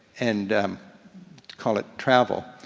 and call it travel.